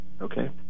okay